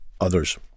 others